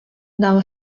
now